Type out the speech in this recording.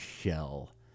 shell